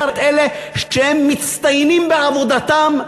את אלה שהם מצטיינים בעבודתם,